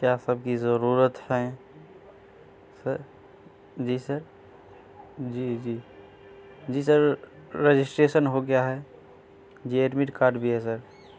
کیا سب کی ضرورت ہیں سر جی سر جی جی جی سر رجسٹریشن ہو گیا ہے جی ایڈمٹ کارڈ بھی ہے سر